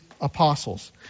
apostles